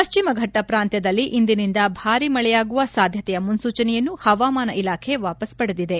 ಪಶ್ಚಿಮಘಟ್ಟ ಪ್ರಾಂತ್ಯದಲ್ಲಿ ಇಂದಿನಿಂದ ಭಾರಿ ಮಳೆಯಾಗುವ ಸಾಧ್ಯತೆಯ ಮುನ್ನೂಚನೆಯನ್ನು ಹವಾಮಾನ ಇಲಾಖೆ ವಾಪಸ್ ಪಡೆದಿದೆ